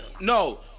No